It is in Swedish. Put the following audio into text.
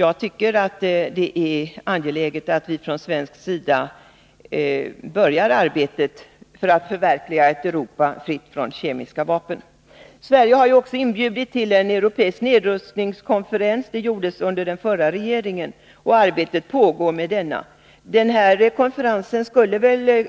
Jag tycker att det är angeläget att vi från svensk sida påbörjar arbetet för att förverkliga ett Europa fritt från kemiska vapen. Sverige har ju också inbjudit till en europeisk nedrustningskonferens. Det gjordes av den förra regeringen. Arbetet med denna konferens pågår. Den